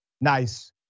nice